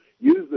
use